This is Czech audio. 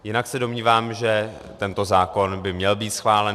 Jinak se domnívám, že tento zákon by měl být schválen.